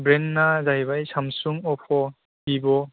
ब्रेन्डआ जाहैबाय सामसुं अप्प' भिभ'